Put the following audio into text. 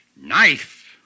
knife